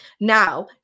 Now